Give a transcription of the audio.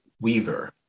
weaver